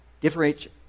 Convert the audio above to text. differentiate